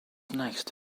next